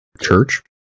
Church